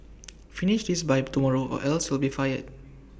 finish this by tomorrow or else you'll be fired